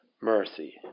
mercy